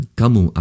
kamu